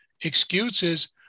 excuses